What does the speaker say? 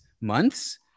months